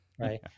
Right